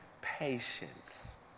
patience